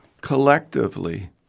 collectively